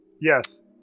Yes